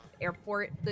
airport